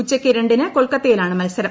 ഉച്ചയ്ക്ക് രണ്ടിന് കൊൽക്കത്തയിലാണ് മത്സരം